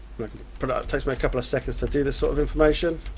but takes me a couple of seconds to do this sort of information.